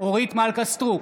אורית מלכה סטרוק,